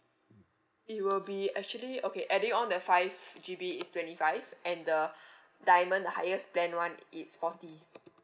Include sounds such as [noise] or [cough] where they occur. [noise] it will be actually okay adding on the five G_B is twenty five and the [breath] diamond the highest plan one it's forty